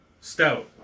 stout